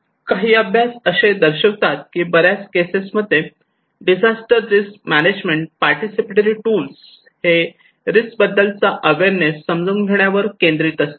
काही अभ्यास असे दर्शवतात की बऱ्याच केसेस मध्ये disaster risk management participatory tools हे रिस्क बद्दलचा अवेअरनेस समजून घेण्यावर केंद्रित असते